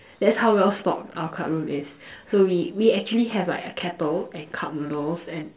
that's how well stocked our club room is so we we actually have like a kettle and cup noodles and